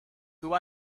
who